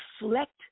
reflect